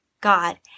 God